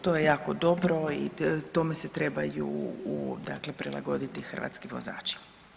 To je jako dobro i tome se trebaju dakle prilagoditi hrvatski vozači.